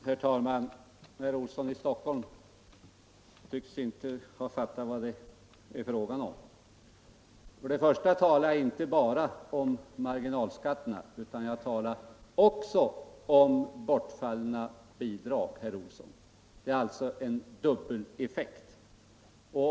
Herr talman! Herr Olsson i Stockholm tycks inte ha fattat vad det är fråga om. Först och främst talade jag inte bara om marginalskatterna utan också om bortfallna bidrag, herr Olsson. Det gäller alltså en dubbeleffekt.